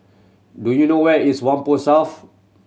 do you know where is Whampoa South